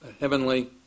heavenly